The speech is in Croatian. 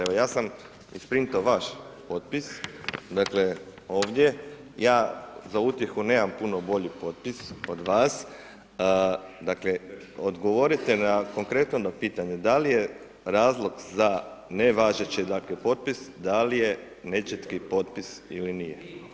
Evo, ja sam isprintao vaš potpis, dakle, ovdje, ja za utjehu nemam puno bolji potpis od vas, dakle, odgovorite na konkretno pitanje, da li je razlog za nevažeći potpis, da li je nečitki potpis ili nije?